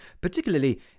Particularly